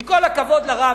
עם כל הכבוד לרב,